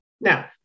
Now